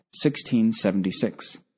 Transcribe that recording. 1676